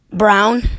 Brown